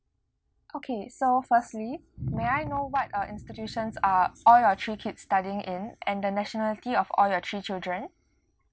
okay so firstly may I know what uh institutions are all your kids studying in and the nationality of all your three children